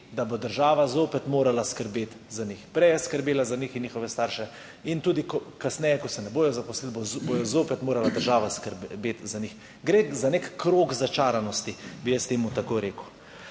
da bo država zopet morala skrbeti za njih. Prej je skrbela za njih in njihove starše in tudi kasneje, ko se ne bodo zaposlili, bo zopet morala država skrbeti za njih. Gre za nek krog začaranosti, bi jaz temu rekel.